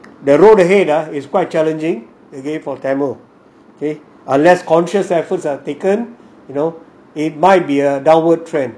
the road ahead ah is quite challenging okay for tamil okay unless conscious efforts are taken you know it might be a downward trend